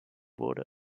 wurde